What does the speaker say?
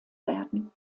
werden